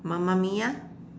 Mamma Mia